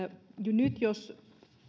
nyt jos